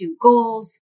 goals